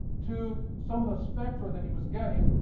to some of the spectra that he was getting,